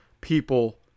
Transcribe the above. people